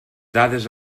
dades